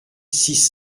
six